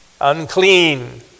Unclean